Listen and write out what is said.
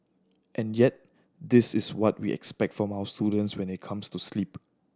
and yet this is what we expect of our students when it comes to sleep